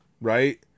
right